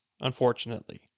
unfortunately